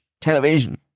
television